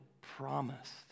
promised